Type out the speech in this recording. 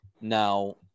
Now